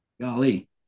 golly